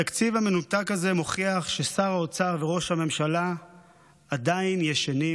התקציב המנותק הזה מוכיח ששר האוצר וראש הממשלה עדיין ישנים,